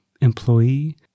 employee